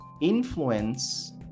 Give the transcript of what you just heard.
influence